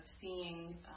seeing